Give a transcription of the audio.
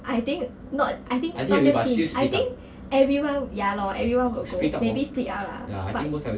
I think not I think everyone just 去 I think everyone ya lor everyone will go maybe split up lah but